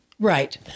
Right